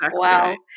wow